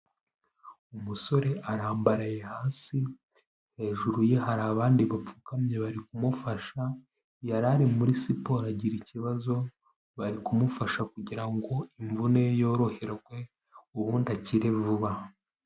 Umusore arambaraye hasi, hejuru ye hari abandi bapfukamye bari kumufasha, yari ari muri siporo agira ikibazo, bari kumufasha kugira ngo imvune ye yoroherwe ubundi akire vuba.